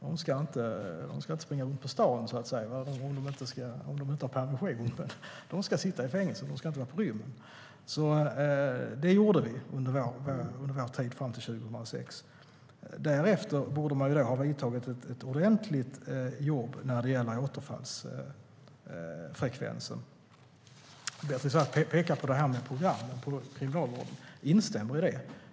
De ska inte springa runt på stan om de inte har permission. De ska sitta i fängelse och inte vara på rymmen. Det gjorde vi under vår tid fram till 2006. Därefter borde man ha vidtagit ett ordentligt jobb när det gäller återfallsfrekvensen. Beatrice Ask pekar på programmen inom kriminalvården. Jag instämmer i det.